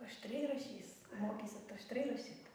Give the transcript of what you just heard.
aštriai rašys mokysit aštriai rašyt